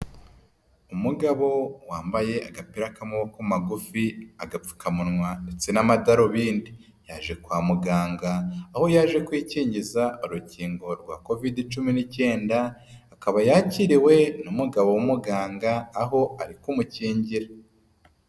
Umugabo wambaye agapira k'amaboko magufi, agapfukamunwa ndetse n'amadarubindi yaje kwa muganga, aho yaje kwikingiza rukingorwa COVID-19. Akaba yakiriwe n'umugabo w’umuganga, aho ari kumukingira.